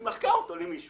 היא מחקה את החוב למישהו.